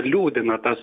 liūdina tas